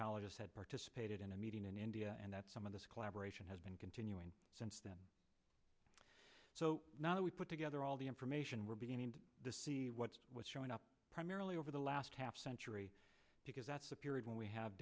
climatologist had participated in a meeting in india and that some of this collaboration has been continuing since then so now that we put together all the information we're beginning to see what's showing up primarily over the last half century because that's the period when we have